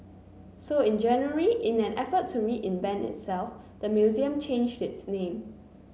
so in January in an effort to reinvent itself the museum changed its name